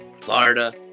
Florida